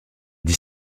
dix